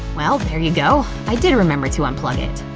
well there ya go, i did remember to unplug it.